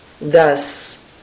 Thus